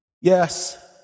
Yes